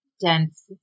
dense